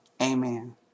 Amen